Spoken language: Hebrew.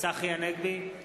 צחי הנגבי,